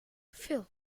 phil